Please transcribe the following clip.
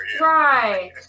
right